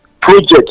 Project